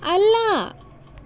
ಅಲ್ಲ